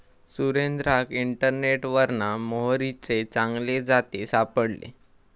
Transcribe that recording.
सुरेंद्राक इंटरनेटवरना मोहरीचे चांगले जाती सापडले